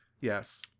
Yes